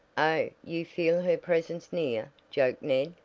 oh, you feel her presence near, joked ned.